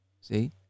see